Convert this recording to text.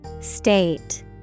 State